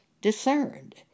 discerned